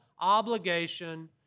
obligation